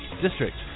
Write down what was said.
district